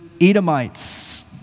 Edomites